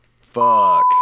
Fuck